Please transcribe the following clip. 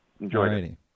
Enjoy